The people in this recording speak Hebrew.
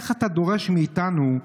איך אתה דורש מאיתנו,